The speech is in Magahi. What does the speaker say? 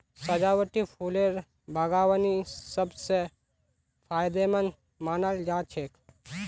सजावटी फूलेर बागवानी सब स फायदेमंद मानाल जा छेक